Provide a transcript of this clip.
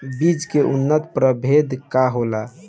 बीज के उन्नत प्रभेद का होला?